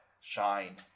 shine